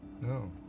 No